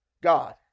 God